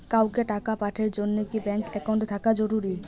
কাউকে টাকা পাঠের জন্যে কি ব্যাংক একাউন্ট থাকা জরুরি?